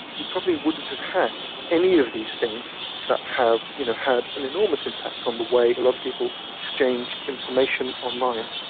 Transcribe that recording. we probably wouldn't have had any of these things that have you know had an enormous impact on the way a lot of people exchange information online.